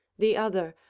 the other,